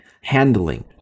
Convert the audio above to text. handling